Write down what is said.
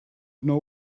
know